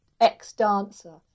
ex-dancer